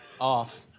Off